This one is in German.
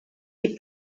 die